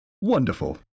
Wonderful